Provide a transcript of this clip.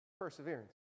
Perseverance